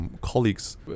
colleagues